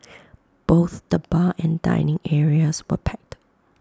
both the bar and dining areas were packed